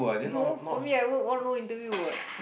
no for me I work one no interview what